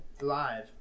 live